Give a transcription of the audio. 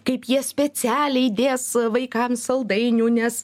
kaip jie specialiai įdės vaikam saldainių nes